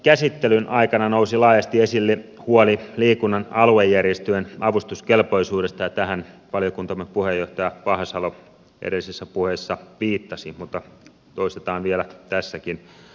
valiokuntakäsittelyn aikana nousi laajasti esille huoli liikunnan aluejärjestöjen avustuskelpoisuudesta ja tähän valiokuntamme puheenjohtaja vahasalo edellisessä puheessa viittasi mutta toistetaan vielä tässäkin